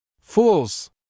Fools